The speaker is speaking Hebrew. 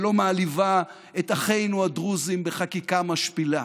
שלא מעליבה את אחינו הדרוזים בחקיקה משפילה,